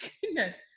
Goodness